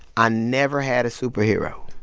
i never had a superhero.